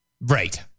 Right